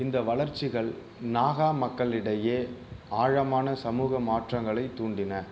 இந்த வளர்ச்சிகள் நாகா மக்களிடையே ஆழமான சமூக மாற்றங்களைத் தூண்டின